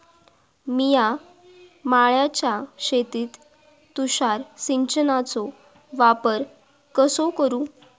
मिया माळ्याच्या शेतीत तुषार सिंचनचो वापर कसो करू?